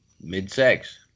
mid-sex